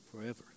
forever